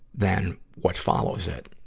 than what follows it.